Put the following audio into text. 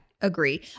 agree